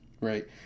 Right